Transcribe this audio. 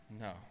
No